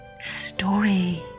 Story